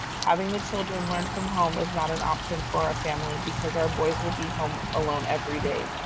having the children learn from home is not an option for our family because our boys will be home alone every day.